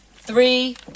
three